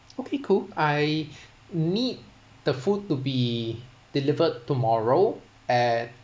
okay cool I need the food to be delivered tomorrow at